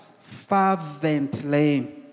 fervently